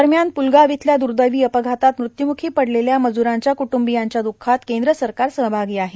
दरम्यान प्लगाव इथल्या द्र्देवी अपघातात मृत्य्म्खी पडलेल्या मज्रांच्या क्टूंबियांच्या दःखात केंद्र सरकार सहभागी आहे